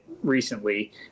recently